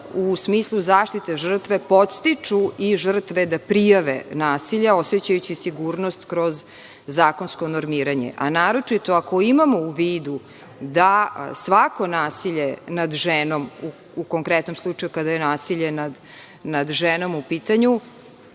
u smislu zaštite žrtve podstiču i žrtve da prijave nasilje, osećajući sigurnost kroz zakonsko normiranje. A naročito ako imamo u vidu da svako nasilje nad ženom, u konkretnom slučaju kada je nasilje nad ženama u pitanju,